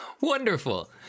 wonderful